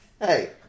Hey